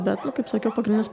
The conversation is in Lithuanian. bet nu kaip sakiau pagrindinis